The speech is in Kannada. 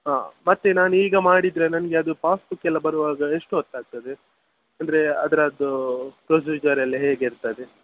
ಹಾಂ ಮತ್ತೆ ನಾನೀಗ ಮಾಡಿದರೆ ನನಗೆ ಅದು ಪಾಸ್ಬುಕ್ ಎಲ್ಲ ಬರುವಾಗ ಎಷ್ಟು ಹೊತ್ತು ಆಗ್ತದೆ ಅಂದರೆ ಅದರದ್ದು ಪ್ರೊಸೀಜರ್ ಎಲ್ಲ ಹೇಗೆ ಇರ್ತದೆ